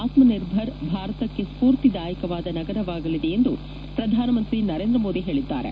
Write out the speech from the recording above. ಆತ್ಮ ನಿರ್ದರ್ ಭಾರತಕ್ಕೆ ಸ್ಥೂರ್ತಿದಾಯಕವಾದ ನಗರವಾಗಲಿದೆ ಎಂದು ಪ್ರಧಾನಮಂತ್ರಿ ನರೇಂದ್ರ ಮೋದಿ ಹೇಳಿದ್ದಾರೆ